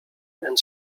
and